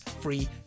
free